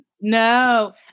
No